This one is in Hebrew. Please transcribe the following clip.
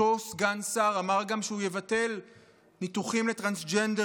אותו סגן שר אמר גם שהוא יבטל ניתוחים לטרנסג'נדרים.